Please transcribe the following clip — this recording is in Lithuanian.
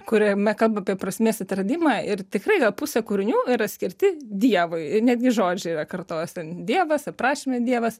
kuriame kalba apie prasmės atradimą ir tikrai gal pusė kūrinių yra skirti dievui ir netgi žodžiai yra kartojasi ten dievas aprašyme dievas